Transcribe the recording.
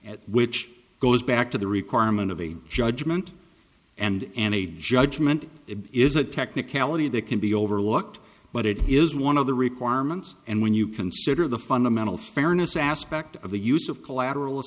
at which goes back to the requirement of a judgment and a judgment it is a technicality that can be overlooked but it is one of the requirements and when you consider the fundamental fairness aspect of the use of collateral